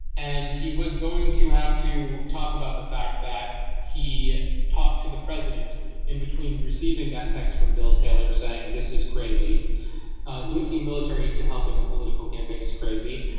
and he was going to have to talk about the fact that he talked to the president in between receiving that text from bill taylor saying this is crazy linking military aid to helping a political campaign is crazy.